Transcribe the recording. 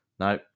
No